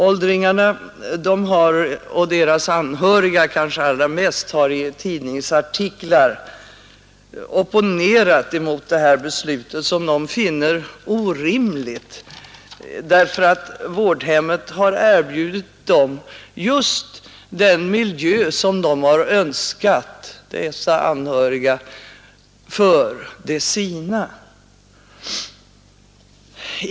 Åldringarna och kanske allra mest deras anhöriga har i tidningsartiklar opponerat mot det aktuella beslutet, som de finner orimligt, eftersom vårdhemmet har erbjudit dessa åldringar just den miljö som de anhöriga önskat för de sina.